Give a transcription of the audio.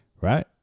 right